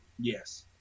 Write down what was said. Yes